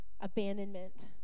abandonment